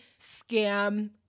scam